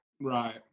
Right